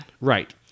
right